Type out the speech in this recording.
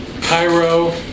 Cairo